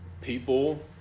people